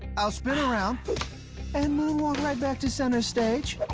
i'll spin around and moonwalk right back to center stage!